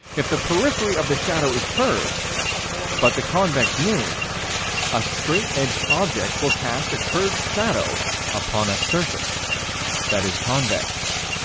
if the periphery of the shadow is curved but the convex moon a straight-edged object will cast a curved shadow upon a surface that is convex.